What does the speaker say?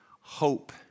Hope